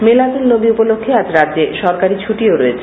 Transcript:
মিলাদ উল নবি উপলক্ষ্যে আজ রাজ্যে সরকারী ছুটি রয়েছে